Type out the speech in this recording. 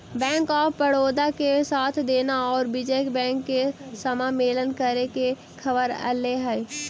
bank of Baroda के साथ देना औउर विजय बैंक के समामेलन करे के खबर अले हई